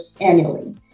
annually